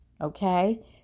okay